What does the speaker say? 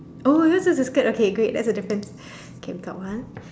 oh yours is a skirt okay great that's the difference okay we got one